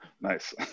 Nice